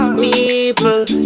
people